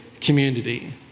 community